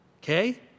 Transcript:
okay